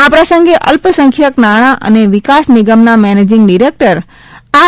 આ પ્રસંગે અલ્પસંખ્યક નાણાં અને વિકાસ નિગમના મેનેજીંગ ડિરેકટર આર